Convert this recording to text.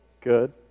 Good